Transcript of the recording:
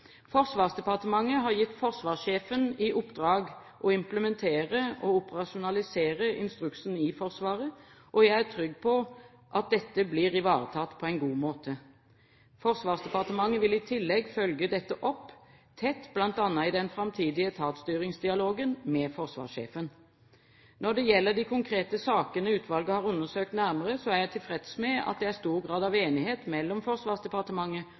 Forsvarsdepartementet har gitt forsvarssjefen i oppdrag å implementere og operasjonalisere instruksen i Forsvaret, og jeg er trygg på at dette blir ivaretatt på en god måte. Forsvarsdepartementet vil i tillegg følge dette opp tett, bl.a. i den framtidige etatsstyringsdialogen med forsvarssjefen. Når det gjelder de konkrete sakene utvalget har undersøkt nærmere, er jeg tilfreds med at det er stor grad av enighet mellom Forsvarsdepartementet